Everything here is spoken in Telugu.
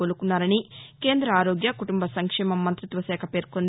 కోలుకున్నారని కేంద్ర ఆరోగ్య కుటుంబ సంక్షేమ మంత్రిత్వ శాఖ పేర్కొంది